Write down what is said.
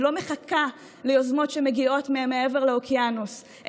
היא לא מחכה ליוזמות שמגיעות מעבר לאוקיינוס,